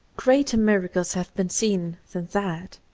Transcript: greater miracles have been seen than that,